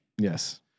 yes